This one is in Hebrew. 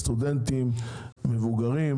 הסטודנטים והמבוגרים,